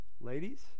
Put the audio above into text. Ladies